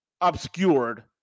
obscured